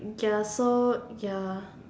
ya so ya